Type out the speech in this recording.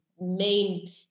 main